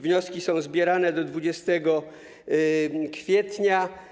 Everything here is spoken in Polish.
Wnioski są zbierane do 20 kwietnia.